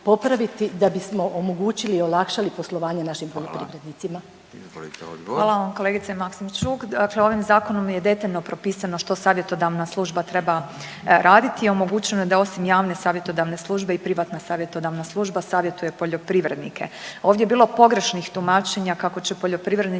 Izvolite odgovor. **Petir, Marijana (Nezavisni)** Hvala vam kolegice Maksimčuk. Dakle, ovim zakonom je detaljno propisano što savjetodavna služba treba raditi i omogućeno je da osim javne savjetodavne službe i privatna savjetodavna služba savjetuje poljoprivrednike. Ovdje je bilo pogrešnih tumačenja kako će poljoprivrednici